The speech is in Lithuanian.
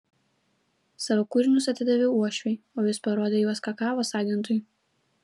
savo kūrinius atidaviau uošviui o jis parodė juos kakavos agentui